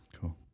Cool